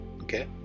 okay